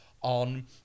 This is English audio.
on